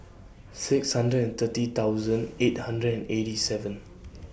six hundred and thirty thousand eight hundred and eighty seven